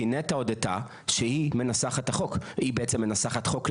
כי נת"ע הודתה שהיא מנסחת חוק.